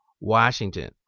Washington